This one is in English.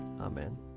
Amen